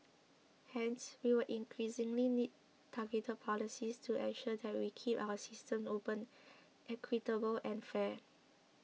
hence we will increasingly need targeted policies to ensure that we keep our systems open equitable and fair